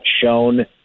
shown